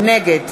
נגד